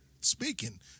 speaking